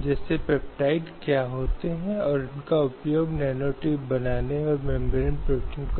इसलिए जब हम इस स्वतंत्रता पर बोलते हैं तो यह सामान्य न्याय के